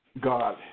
God